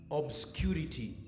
obscurity